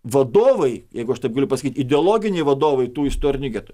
vadovai jeigu aš taip galiu pasakyt ideologiniai vadovai tų istorinių getų